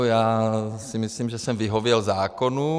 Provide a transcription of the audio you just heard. Já si myslím, že jsem vyhověl zákonům.